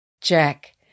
Jack